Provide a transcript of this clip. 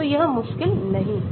तो यह मुश्किल नहीं है